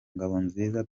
ngabonziza